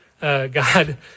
God